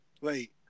Wait